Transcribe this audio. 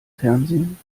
fernsehen